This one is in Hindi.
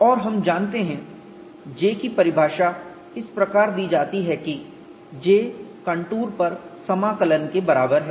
और हम जानते हैं J की परिभाषा इस प्रकार दी जाती है कि J कंटूर पर समाकलन के बराबर है